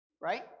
right